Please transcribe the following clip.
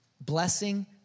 blessing